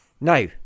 Now